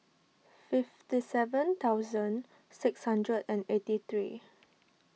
fifty seven thousand six hundred and eighty three